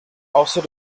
außer